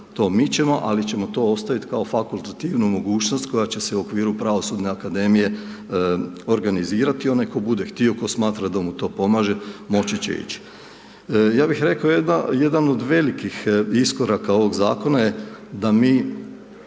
to mičemo, ali ćemo to ostaviti kao fakultativnu mogućnost koja će se u okviru Pravosudne akademije organizirati. Onaj tko bude htio, tko smatra da mu to pomaže, moći će ići. Ja bih rekao, jedan od velikih iskoraka ovog Zakona je da mi